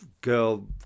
girl